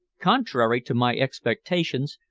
contrary to my expectations,